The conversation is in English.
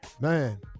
Man